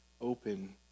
open